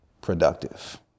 productive